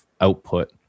output